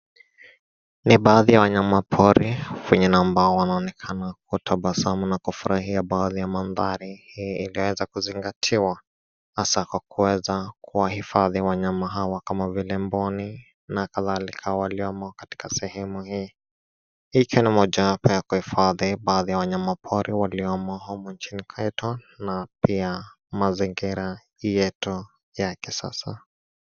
Ni baadhi ya wanyama pori. Wenye ambao wanaonekana kutabasamu na kufurahia baadhi ya mandhari. Hili inaweza kuzingatiwa hasa kwa kuweza kuwahifadhi wanyama hawa kama vile mboni na kadhalika waliomo katika sehemu hii. Hii ikiwa mojawapo ya hifadhi, baadhi ya nyama pori waliomo humo nchini kwetu na pia mazingira yetu ya kisasa.